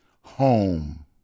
Home